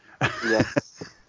Yes